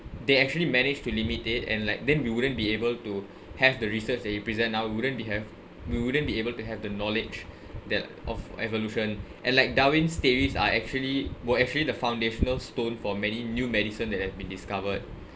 they actually manage to limit it and like then we wouldn't be able to have the research that you present now wouldn't be have we wouldn't be able to have the knowledge that of evolution and like darwin's theories are actually were actually the foundational stone for many new medicine that have been discovered